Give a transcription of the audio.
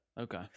okay